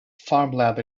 farmland